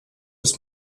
bis